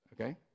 Okay